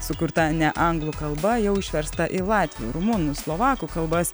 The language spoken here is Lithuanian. sukurta ne anglų kalba jau išversta į latvių rumunų slovakų kalbas